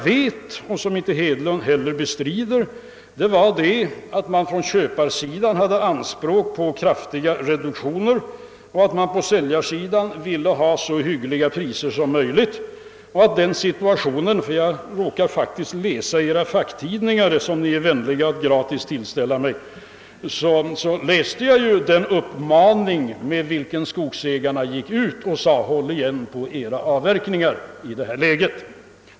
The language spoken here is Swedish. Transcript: Men jag vet — det bestrider heller inte herr Hedlund — att köparsidan då gjorde anspråk på kraftiga reduktioner och att säljarsidan ville ha så hyggliga priser som möjligt. Jag läser nämligen facktidningarna inom skogsindustrin, som ni är vänliga nog att tillställa mig gratis, och vet därför att skogsägarnas maning var: Håll igen på avverkningarna!